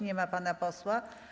Nie ma pana posła.